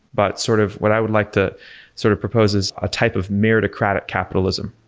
but sort of what i would like to sort of propose as a type of meritocratic capitalism.